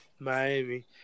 Miami